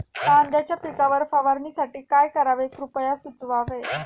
कांद्यांच्या पिकावर फवारणीसाठी काय करावे कृपया सुचवावे